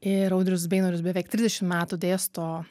ir audrius beinorius beveik trisdešim metų dėsto